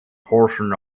portion